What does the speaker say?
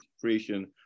creation